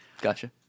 Gotcha